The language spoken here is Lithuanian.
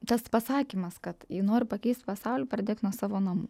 tas pasakymas kad jei nori pakeist pasaulį pradėk nuo savo namų